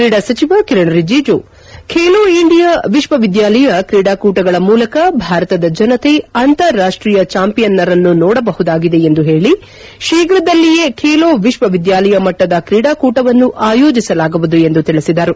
ಕ್ರೀಡಾ ಸಚಿವ ಕಿರಣ್ ರಿಜಿಜು ಖೇಲೋ ಇಂಡಿಯಾ ವಿಶ್ವವಿದ್ಯಾಲಯ ಕ್ರೀಡಾಕೂಟಗಳ ಮೂಲಕ ಭಾರತದ ಜನತೆ ಅಂತಾರಾಷ್ಟೀಯ ಚಾಂಪಿಯನ್ನರನ್ನು ನೋಡಬಹುದಾಗಿದೆ ಎಂದು ಹೇಳಿ ಶೀಘದಲ್ಲಿಯೇ ಬೆಲೋ ವಿಶ್ವ ವಿದ್ಯಾಲಯ ಮಟ್ಟದ ಕ್ರೀಡಾಕೂಟವನ್ನು ಆಯೋಜಿಸಲಾಗುವುದು ಎಂದು ತಿಳಿಸಿದರು